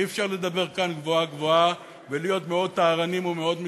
אי-אפשר לדבר כאן גבוהה-גבוהה ולהיות מאוד טהרנים ומאוד מתחסדים,